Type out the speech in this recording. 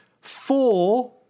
four